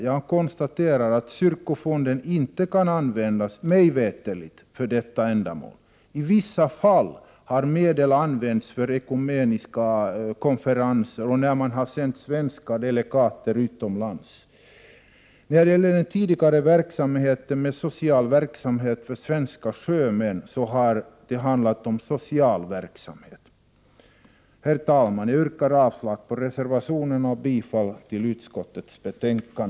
Jag konstaterar att kyrkofonden — mig veterligt — inte kan användas för detta ändamål. I vissa fall har medel använts för ekumeniska konferenser och när man har sänt svenska delegater utomlands. När det gäller den tidigare verksamheten med social verksamhet för svenska sjömän så har det handlat om just social verksamhet. Herr talman! Jag yrkar avslag på reservationerna och bifall till utskottets hemställan.